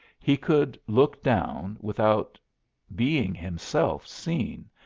he could look down, without being himself seen,